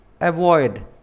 avoid